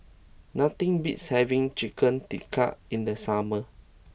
nothing beats having Chicken Tikka in the summer